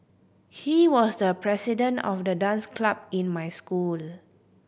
he was the president of the dance club in my school